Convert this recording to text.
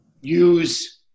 use